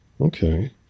Okay